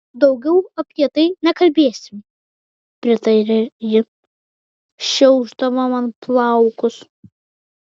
daugiau apie tai nekalbėsim pritarė ji šiaušdama man plaukus